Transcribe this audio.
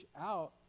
out